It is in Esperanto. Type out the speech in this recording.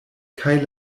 kaj